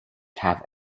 have